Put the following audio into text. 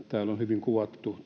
täällä on hyvin kuvattu